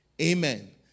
Amen